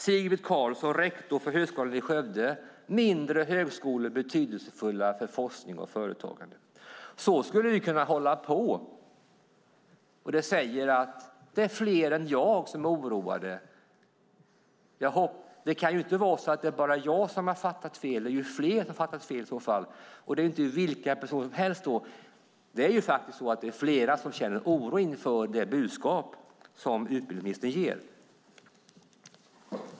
Sigbritt Karlsson, rektor för högskolan i Skövde skriver: Mindre högskolor betydelsefulla för forskning och företagande. Jag skulle kunna fortsätta. Det visar att det är fler än jag som är oroade. Det kan inte vara bara jag som har fattat fel. Det är i så fall fler som har fattat fel, och det är inte vilka personer som helst. Det är faktiskt flera som känner oro inför det budskap som utbildningsministern ger.